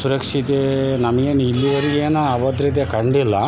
ಸುರಕ್ಷಿತೆ ನಮ್ಗೇನು ಇಲ್ಲಿವರ್ಗು ಏನು ಆಗೋದು ರೀತಿ ಕಂಡಿಲ್ಲ